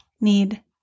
need